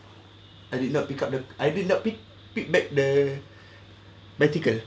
I did not pick up the I did not pick pick back the bicycle